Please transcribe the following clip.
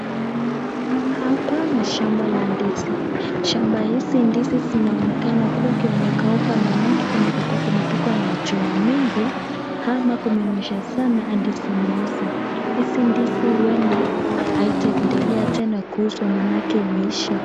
Hapa ni shamba la ndizi, shamba hizi ndizi zinaonekana kuwa imekauka maanake inaweza kuwa imepigwa na jua mingi ama kumenyesha sana hadi zimeoza, hizi ndizi huenda haitaendelea tena kuuzwa maanake imesiha.